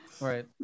Right